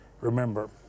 Remember